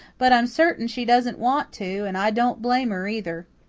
but i'm certain she doesn't want to, and i don't blame her either.